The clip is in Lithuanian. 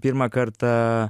pirmą kartą